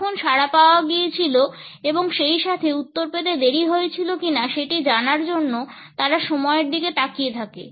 কখন সাড়া পাওয়া গিয়েছিল এবং সেইসাথে উত্তর পেতে দেরি হয়েছিল কিনা সেটি জানার জন্য তারা সময়ের দিকে তাকিয়ে থাকে